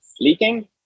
leaking